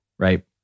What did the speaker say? right